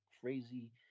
crazy